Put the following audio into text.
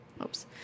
Oops